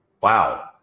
Wow